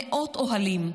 מאות אוהלים.